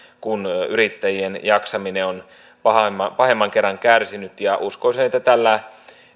kun yrittäjien jaksaminen on pahemman pahemman kerran kärsinyt uskoisin että tällä